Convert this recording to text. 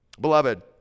Beloved